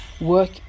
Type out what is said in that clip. work